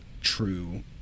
true